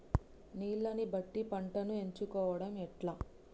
నీళ్లని బట్టి పంటను ఎంచుకోవడం ఎట్లా?